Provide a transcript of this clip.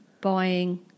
buying